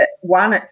one